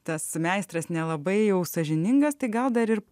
tas meistras nelabai jau sąžiningas tai gal dar ir